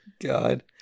God